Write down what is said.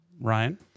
Ryan